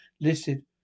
listed